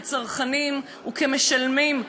כצרכנים וכמשלמים,